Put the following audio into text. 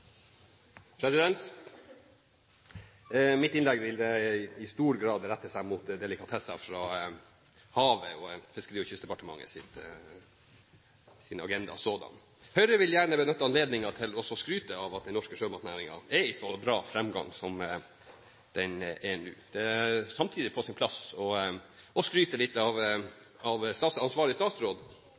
Mitt innlegg vil i stor grad rette seg inn mot delikatesser fra havet og Fiskeri- og kystdepartementets agenda som sådan. Høyre vil gjerne benytte anledningen til å skryte av at den norske sjømatnæringen er i så bra framgang som den er nå. Det er samtidig på sin plass å skryte litt av